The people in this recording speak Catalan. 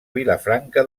vilafranca